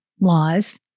laws